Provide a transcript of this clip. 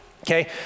okay